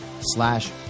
slash